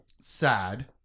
sad